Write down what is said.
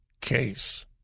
case